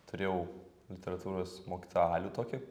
turėjau literatūros mokytoją alių tokį